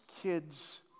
kids